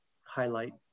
highlight